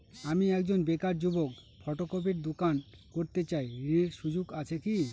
আমি একজন বেকার যুবক ফটোকপির দোকান করতে চাই ঋণের সুযোগ আছে কি?